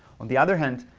on the other hand,